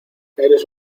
eres